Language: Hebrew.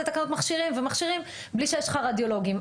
תקנות מכשירים ומכשירים בלי שיש לך רדיולוגים.